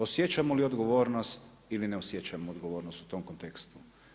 Osjećamo li odgovornost ili ne osjećamo odgovornost u tom kontekstu?